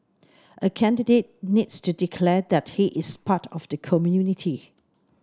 a candidate needs to declare that he is part of the community